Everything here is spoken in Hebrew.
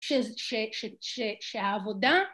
שהעבודה